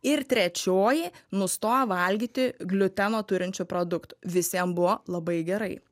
ir trečioji nustojo valgyti gliuteno turinčių produktų visiem buvo labai gerai